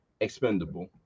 expendable